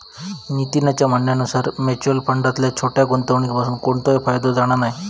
नितीनच्या म्हणण्यानुसार मुच्युअल फंडातल्या छोट्या गुंवणुकीपासून कोणतोय फायदो जाणा नाय